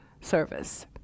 service